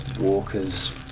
Walker's